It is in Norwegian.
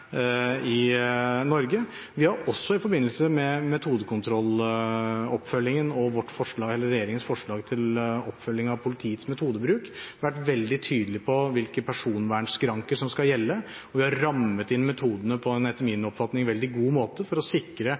i Norge. Vi har også, i forbindelse med oppfølging av Metodekontrollutvalget og regjeringens forslag til oppfølging av politiets metodebruk, vært veldig tydelige på hvilken personvernskranke som skal gjelde. Og vi har rammet inn metodene på en etter min oppfatning veldig god måte for å sikre